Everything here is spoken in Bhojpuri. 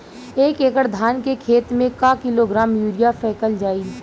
एक एकड़ धान के खेत में क किलोग्राम यूरिया फैकल जाई?